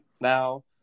now